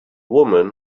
woman